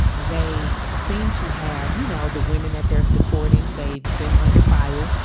they seem to have, you know, the women that they're supporting. they've been under fire.